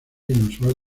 inusual